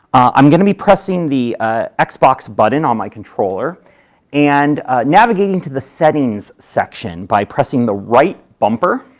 i'm going to be pressing the ah and xbox button on my controller and navigating to the settings section by pressing the right bumper